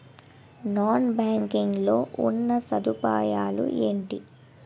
Non banking లో ఉన్నా సదుపాయాలు ఎంటి?